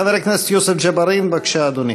חבר הכנסת יוסף ג'בארין, בבקשה, אדוני.